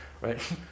right